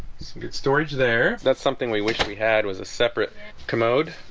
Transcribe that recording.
some good storage there. that's something we wish we had was a separate commode